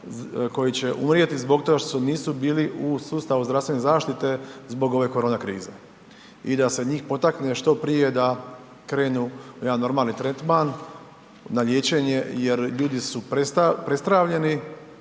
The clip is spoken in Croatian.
koji će umrijeti zbog toga što nisu bili u sustavu zdravstvene zaštite zbog ove korona krize i da se njih potakne što prije da krenu u jedan normalni tretman na liječenje jer ljudi su prestravljeni,